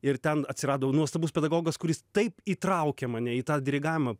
ir ten atsirado nuostabus pedagogas kuris taip įtraukė mane į tą dirigavimą